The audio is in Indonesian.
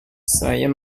saya